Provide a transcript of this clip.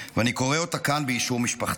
ואני קורא אותה כאן באישור משפחתה.